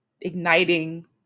igniting